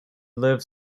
live